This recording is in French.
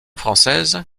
française